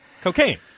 Cocaine